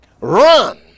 run